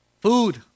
Food